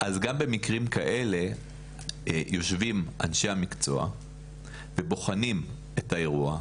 אז גם במקרים כאלה יושבים אנשי המקצוע ובוחנים את האירוע,